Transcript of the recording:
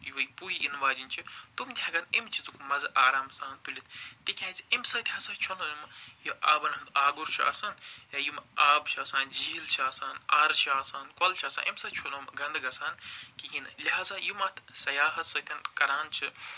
یہِ وَے پویہ یِنہٕ واجِنۍ چھِ تِم تہِ ہٮ۪کن امہِ چیٖزُک مَزٕ آرام سان تُلِتھ تِکیٛازِ امہِ سۭتۍ ہَسا چھُنہٕ یہِ آبن ہُنٛد آگُر چھُ آسن یا یِم آب چھِ آسان جیٖل چھِ آسان آرٕ چھِ آسان کۄلہٕ چھِ آسان امہِ سۭتۍ چھِنہٕ ہُم گنٛدٕ گَژھان کِہیٖنۍ لہزا یِم اتھ سیاہس سۭتۍ کران چھِ